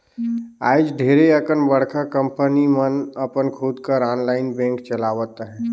आएज ढेरे अकन बड़का कंपनी मन अपन खुद कर आनलाईन बेंक चलावत अहें